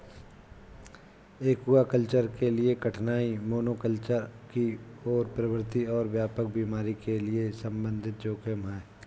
aquaculture के लिए कठिनाई मोनोकल्चर की ओर प्रवृत्ति और व्यापक बीमारी के संबंधित जोखिम है